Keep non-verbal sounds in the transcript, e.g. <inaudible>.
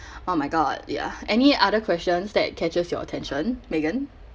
<breath> oh my god ya any other questions that catches your attention megan